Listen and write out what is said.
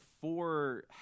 four